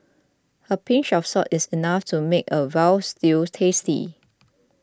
a pinch of salt is enough to make a Veal Stew tasty